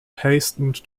hastened